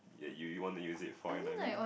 that you you want to use it for another